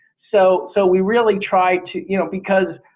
so. so we really try to you know because